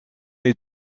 est